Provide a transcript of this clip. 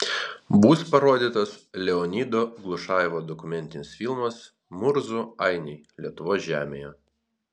bus parodytas leonido glušajevo dokumentinis filmas murzų ainiai lietuvos žemėje